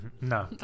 No